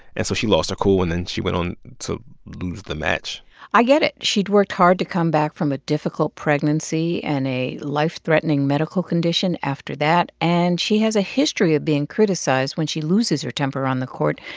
and so she lost her cool. and then she went on to lose the match i get it. she'd worked hard to come back from a difficult pregnancy and a life-threatening medical condition after that. and she has a history of being criticized when she loses her temper on the court,